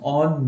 on